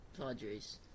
Padres